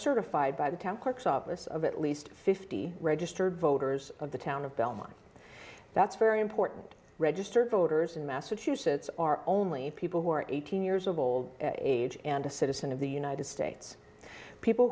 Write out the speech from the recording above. certified by the town courts office of at least fifty registered voters of the town of belmont that's very important registered voters in massachusetts are only people who are eighteen years old age and a citizen of the united states people